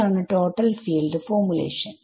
അതാണ് total field formulation